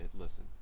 listen